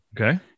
Okay